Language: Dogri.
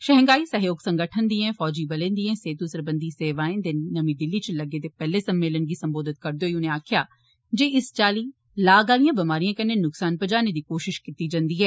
शंघाई सैहयोग संगठन दियें फौजीबलें दियें सेहतु सरबंधी सेवायें दे नमीं दिल्ली च लग्गे दे पैहले सम्मेलन गी संबोधित करदे होई उने आक्खेया जे इस चाल्ली लाग आहलिये बमारियें कन्ने नक्सान पजाने दी कोशिश कीती जंदी ऐ